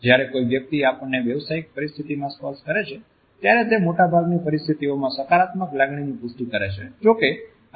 જ્યારે કોઈ વ્યક્તિ આપણને વ્યવસાયિક પરિસ્ચિતિમાં સ્પર્શે કરે છે ત્યારે તે મોટાભાગની પરિસ્થિતિઓમાં સકારાત્મક લાગણીની પુષ્ટિ કરે છે